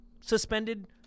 suspended